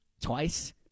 twice